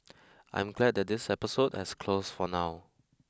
I am glad that this episode has closed for now